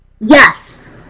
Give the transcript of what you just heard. Yes